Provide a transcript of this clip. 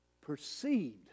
perceived